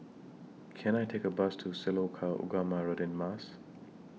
Can I Take A Bus to Sekolah Ugama Radin Mas